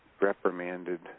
reprimanded